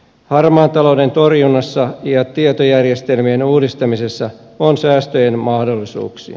harmaan talouden torjunnassa ja tietojärjestelmien uudistamisessa on säästöjen mahdollisuuksia